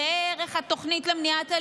ראה ערך התוכנית למניעת אלימות,